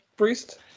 Priest